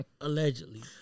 allegedly